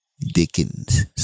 Dickens